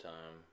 Time